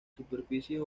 superficies